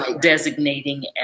designating